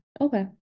Okay